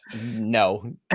No